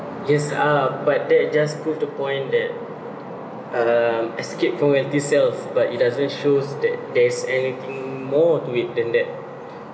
yes ah but that just proved the point that um escape from reality sells but it doesn't show that there's anything more to it than that